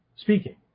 speaking